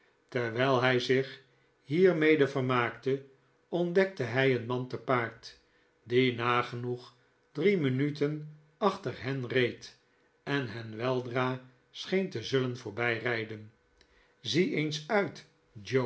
terwijl hij zich hiermede vermaakte ontdekte hij een man te paard die nagenoeg drie minuten achter hen reed en hen weldra scheen te zullen voorbijrijden zie eens uit